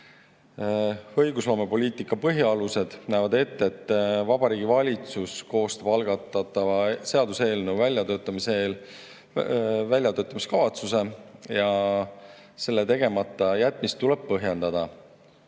Õigusloomepoliitika põhialused näevad ette, et Vabariigi Valitsus koostab algatatava seaduseelnõu väljatöötamise eel väljatöötamiskavatsuse ja selle tegemata jätmist tuleb põhjendada.